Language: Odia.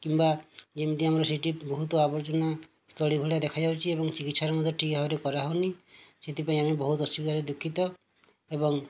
କିମ୍ବା ଯେମିତି ଆମର ସେଇଠି ବହୁତ ଆବର୍ଜନା ସ୍ଥଳୀ ଭଳିଆ ଦେଖା ଯାଉଛି ଏବଂ ଚିକିତ୍ସାର ମଧ୍ୟ ଠିକ୍ ଭାବରେ କରାହେଉନି ସେଥିପାଇଁ ଆମେ ବହୁତ ଅସୁବିଧାରେ ଦୁଃଖିତ ଏବଂ